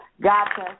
Gotcha